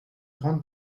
grande